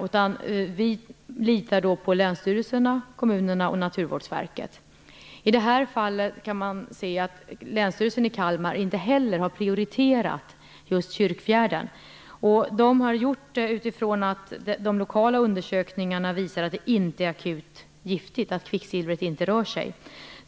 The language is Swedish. Vi får lita på länsstyrelserna, kommunerna och Naturvårdsverket I det här fallet kan man se att Länsstyrelsen i Kalmar inte heller har prioriterat just Kyrkfjärden. De lokala undersökningarna visar att det inte är akut giftigt och att kvicksilvret inte rör sig.